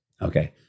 Okay